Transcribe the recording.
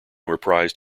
reprised